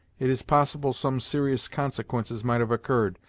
it is possible some serious consequences might have occurred,